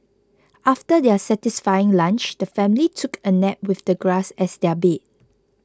after their satisfying lunch the family took a nap with the grass as their bed